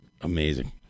Amazing